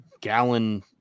gallon